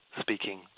speaking